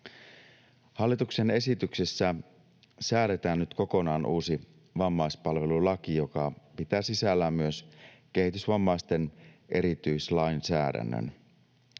Hallituksen esityksessä säädetään nyt kokonaan uusi vammaispalvelulaki, joka pitää sisällään myös kehitysvammaisten erityislainsäädännön.